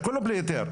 כולו בלי היתר.